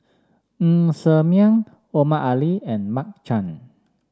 Ng Ser Miang Omar Ali and Mark Chan